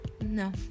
No